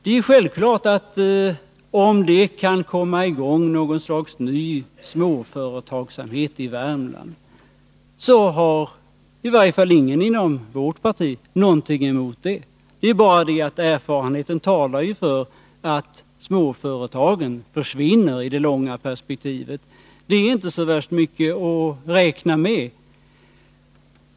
Det är självklart att om det kan komma i gång något slags ny småföretagsamhet i Värmland, så har i varje fall ingen inom vårt parti någonting emot det. Men erfarenheten talar för att småföretagen försvinner i det långa perspektivet. De är inte så värst mycket att räkna med.